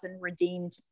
redeemed